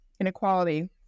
inequality